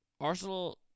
Arsenal